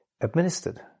administered